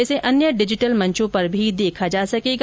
इसे अन्य डिजिटल मंचों पर भी देखा जा सकेगा